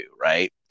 right